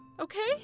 Okay